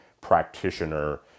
practitioner